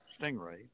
stingray